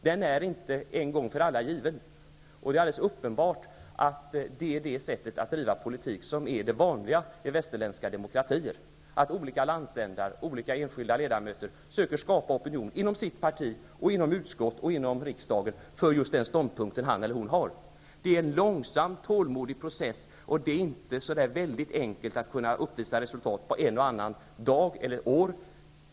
Den är inte en gång för alla given. Och det är alldeles uppenbart att det sättet att driva politik på är vanligt förekommande i västerländska demokratier. Politiker från olika landsändar och olika enskilda ledamöter söker skapa opinion inom sitt parti, inom utskott och inom riksdagen för just den ståndpunkt som han eller hon har. Det handlar om en långsam, tålmodig process, och det är inte särskilt enkelt att kunna uppvisa resultat på en eller annan dag eller ett eller annat år.